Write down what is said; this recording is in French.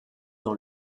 dans